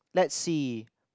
let's see